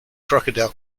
crocodile